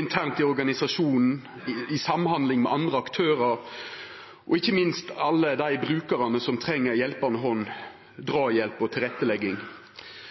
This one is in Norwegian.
internt i organisasjonen, i samhandling med andre aktørar og ikkje minst for alle dei brukarane som treng ei hjelpande hand,